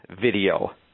video